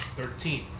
thirteen